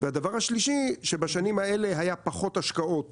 והדבר השלישי שבשנים האלה היה פחות השקעות